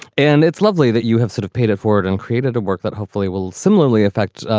and it's lovely that you have sort of paid it forward and created a work that hopefully will similarly affect,